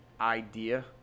idea